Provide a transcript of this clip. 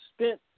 spent